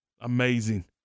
Amazing